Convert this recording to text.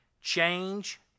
change